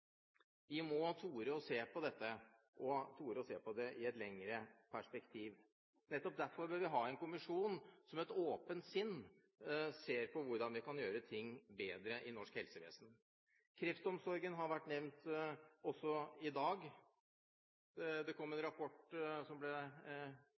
Vi må tore å se på dette, og tore å se på det i et lengre perspektiv. Nettopp derfor bør vi ha en kommisjon som med et åpent sinn ser på hvordan vi kan gjøre ting bedre i norsk helsevesen. Kreftomsorgen har vært nevnt også i dag. Det kom en